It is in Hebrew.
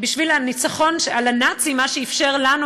בשביל הניצחון על הנאצים מה שאפשר לנו